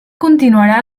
continuarà